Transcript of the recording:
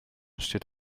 steht